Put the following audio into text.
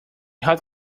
hot